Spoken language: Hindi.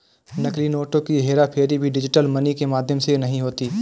नकली नोटों की हेराफेरी भी डिजिटल मनी के माध्यम से नहीं होती